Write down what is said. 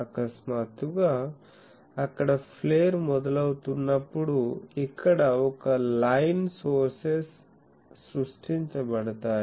అకస్మాత్తుగా అక్కడ ఫ్లేర్ మొదలవుతున్నప్పుడు ఇక్కడ ఒక లైన్ సోర్సెస్ సృష్టించబడతాయి